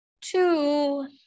Two